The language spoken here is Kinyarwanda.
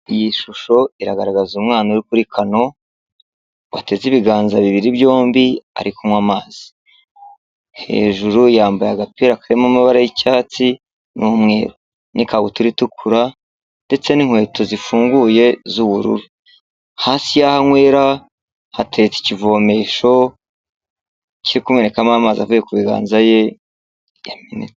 Iyi shusho iragaragaza umwana uri kuri kano, wateze ibiganza bibiri byombi ari kunywa amazi. Hejuru yambaye agapira karimo amabara y'icyatsi, n'umweru n'ikabutura itukura ndetse n'inkweto zifunguye z'ubururu. Hasi yaho anywera hatetse ikivomesho kiri kumenekamo amazi avuye ku biganza bye yamenetse.